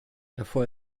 davor